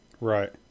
right